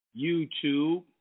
YouTube